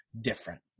different